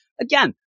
again